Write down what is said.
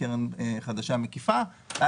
קרן חדשה מקיפה היא קרן שאינה קופת גמל מרכזית לקצבה,